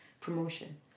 promotion